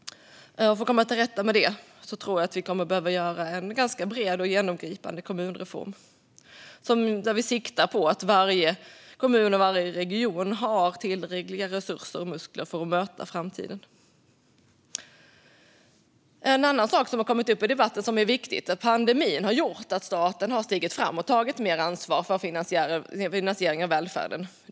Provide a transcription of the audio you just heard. För att komma till rätta med det tror jag att vi kommer att behöva göra en ganska bred och genomgripande kommunreform, där vi siktar på att varje kommun och varje region ska ha tillräckliga resurser och muskler för att möta framtiden. Det är en annan sak som har kommit upp i debatten som är viktig. Pandemin har gjort att staten har stigit fram och tagit mer ansvar för finansieringen av välfärden.